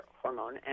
hormone